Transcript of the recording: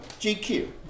GQ